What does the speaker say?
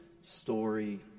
story